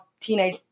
teenage